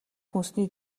хүнсний